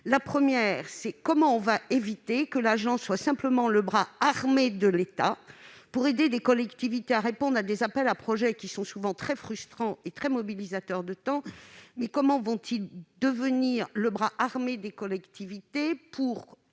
Premièrement, comment éviterons-nous que l'agence soit simplement le bras armé de l'État pour aider des collectivités à répondre à des appels à projets qui sont souvent très frustrants et très mobilisateurs de temps ? Comment pourrait-elle devenir plutôt le bras armé des collectivités